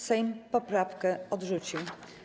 Sejm poprawkę odrzucił.